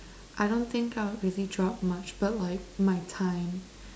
I don't think I'll really drop much but like my time